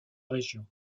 région